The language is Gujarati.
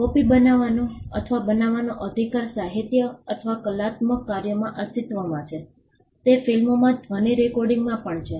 કોપિ બનાવવાનો અથવા બનાવવાનો અધિકાર સાહિત્યિક અથવા કલાત્મક કાર્યોમાં અસ્તિત્વમાં છે તે ફિલ્મોમાં ધ્વનિ રેકોર્ડિંગમાં પણ છે